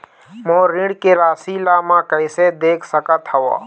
मोर ऋण के राशि ला म कैसे देख सकत हव?